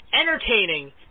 entertaining